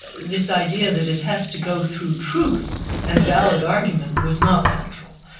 this idea that it has to go through truth and valid argument, was not central.